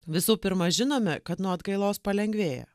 visų pirma žinome kad nuo atgailos palengvėja